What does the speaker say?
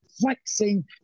flexing